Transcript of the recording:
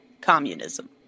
communism